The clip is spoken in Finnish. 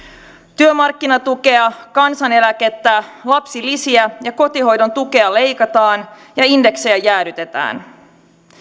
työmarkkinatukea kansaneläkettä lapsilisiä ja kotihoidon tukea leikataan ja indeksejä jäädytetään